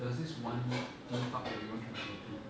there's was this one theme park that we wanted to go to